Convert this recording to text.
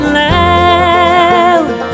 loud